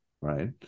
right